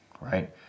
right